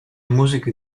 musiche